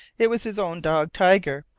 it was his own dog, tiger,